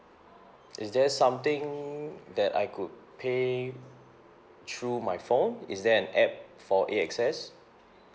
is there something that I could pay through my phone is there an app for A_X_S